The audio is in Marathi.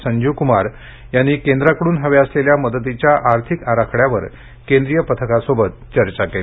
संजीव कुमार यांनी केंद्राकडून हव्या असलेल्या मदतीच्या आर्थिक आराखड्यावर केंद्रीय पथकासोबत चर्चा केली